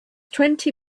twenty